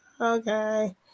Okay